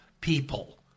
people